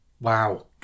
wow